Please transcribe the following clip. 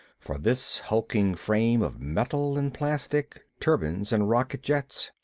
for this hulking frame of metal and plastic, turbines and rocket jets.